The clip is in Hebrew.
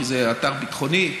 כי זה אתר ביטחוני,